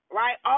right